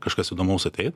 kažkas įdomaus ateit